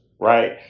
right